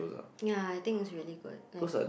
ya I think it's really good like